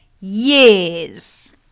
years